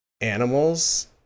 animals